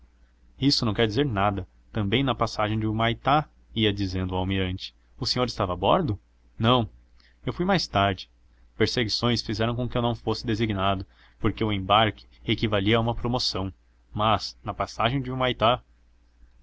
isso não quer dizer nada também na passagem de humaitá ia dizendo o almirante o senhor estava a bordo não eu fui mais tarde perseguições fizeram com que eu não fosse designado porque o embarque equivalia a uma promoção mas na passagem de humaitá